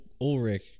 Ulrich